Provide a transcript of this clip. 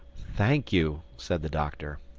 thank you, said the doctor.